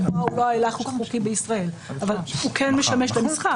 הוא לא הילך חוקי בישראל אבל הוא כן משמש למסחר.